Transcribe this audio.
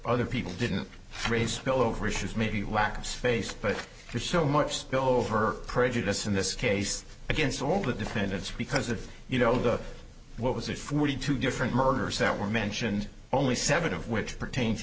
other people didn't raise hell over issues maybe lack of space but there's so much spillover prejudice in this case against all the defendants because of you know the what was it forty two different murders that were mentioned only seven of which pertain to